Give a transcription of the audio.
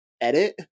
edit